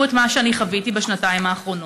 את מה שאני חוויתי בשנתיים האחרונות,